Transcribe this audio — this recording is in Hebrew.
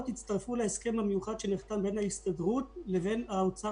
הסכם מיוחד שנחתם בין ההסתדרות לבין האוצר